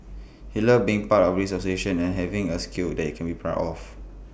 he loved being part of this association and having A skill that he can be proud of